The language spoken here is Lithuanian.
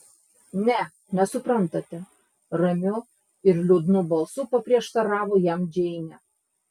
ne nesuprantate ramiu ir liūdnu balsu paprieštaravo jam džeinė